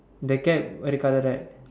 the cap red colour right